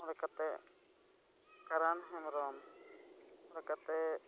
ᱚᱱᱟ ᱠᱟᱛᱮᱫ ᱠᱟᱨᱟᱱ ᱦᱮᱢᱵᱨᱚᱢ ᱚᱱᱟ ᱠᱟᱛᱮᱫ